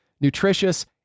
nutritious